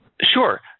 Sure